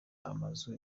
amazu